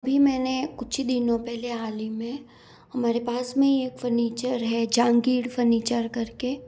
अभी मैंने कुछ ही दिनों पहले हालही में हमारे पास में ही एक फर्नीचर है जहांगीर फर्नीचर कर के